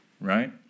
Right